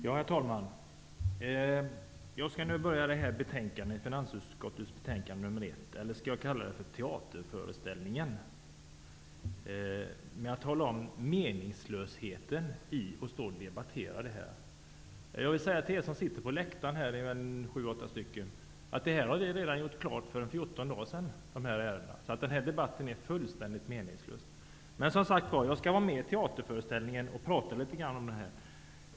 Herr talman! Jag skall börja mitt inlägg i debatten om finansutskottets betänkande 1 - eller skall jag kalla det för teaterföreställningen - med att tala om meningslösheten i att debattera detta betänkande. Till er sju åtta personer som sitter på åhörarläktaren vill jag säga att vi blev klara med dessa ärenden för 14 dagar sedan, så den här debatten är fullständigt meningslös. Men jag skall vara med i teaterföreställningen och tala litet grand om betänkandet.